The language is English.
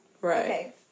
Right